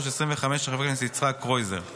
פ/4813/25, של חבר הכנסת יצחק קרויזר.